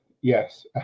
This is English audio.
yes